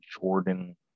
Jordan